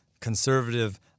conservative